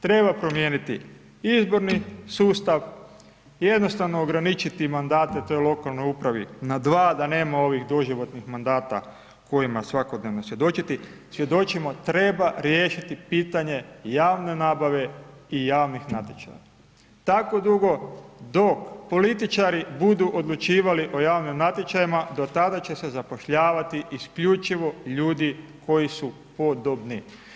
Treba promijenit izborni sustav, jednostavno ograničiti mandate toj lokalnoj upravi, na 2 da nema ovih doživotnih mandata kojima svakodnevno svjedočiti, svjedočimo, treba riješiti pitanje javne nabave i javnih natječaja, tako dugo, dok političari budu odlučivali o javnim natječajima, do tada će se zapošljavati isključivo ljudi koji su podobni.